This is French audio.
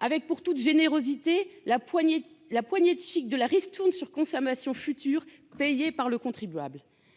avec pour toute générosité la poignée, la poignée chic de la ristourne sur consommation future payé par le contribuable,